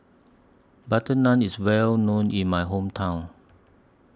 Butter Naan IS Well known in My Hometown